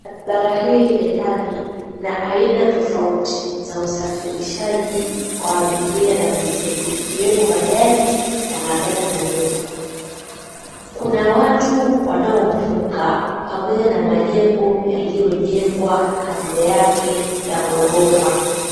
Barabara hii ya lami ina aina tofauti za usafirishaji wa abiria na mizigo ikiwemo bajaji na magari madogo. Kuna watu wanaovuka pamoja na majengo yaliyojengwa kando yake ya ghorofa.